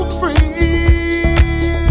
free